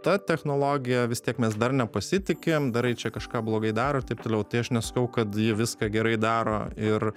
ta technologija vis tiek mes dar nepasitikim dar ji čia kažką blogai daro ir taip toliau tai aš nesakau kad ji viską gerai daro ir